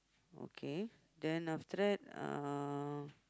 okay then after that uh